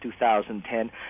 2010